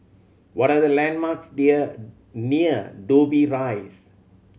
what are the landmarks near near Dobbie Rise